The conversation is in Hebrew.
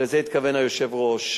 לזה התכוון היושב-ראש.